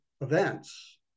events